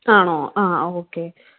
ആണോ ആ ഓക്കെ